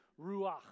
ruach